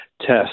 test